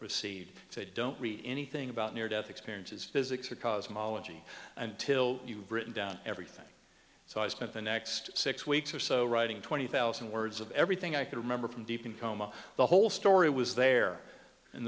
received he said don't read anything about near death experiences physics or cosmology until you've written down everything so i spent the next six weeks or so writing twenty thousand words of everything i could remember from deep in coma the whole story was there in